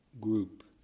group